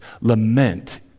lament